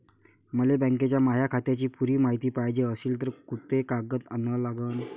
मले बँकेच्या माया खात्याची पुरी मायती पायजे अशील तर कुंते कागद अन लागन?